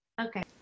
Okay